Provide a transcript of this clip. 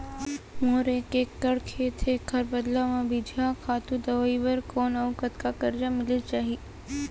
मोर एक एक्कड़ खेत हे, एखर बदला म बीजहा, खातू, दवई बर कोन अऊ कतका करजा मिलिस जाही?